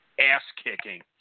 ass-kicking